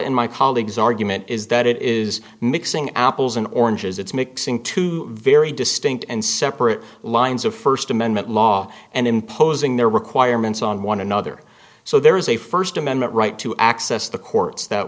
in my colleague's argument is that it is mixing apples and oranges it's mixing two very distinct and separate lines of first amendment law and imposing their requirements on one another so there is a first amendment right to access the courts that